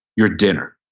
you're dinner